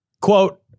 Quote